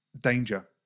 danger